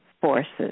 forces